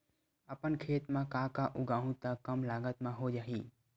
अपन खेत म का का उगांहु त कम लागत म हो जाही?